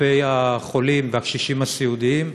כלפי החולים והקשישים הסיעודיים.